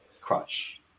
crush